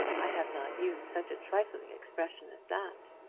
i have not used such trifling expressions as that.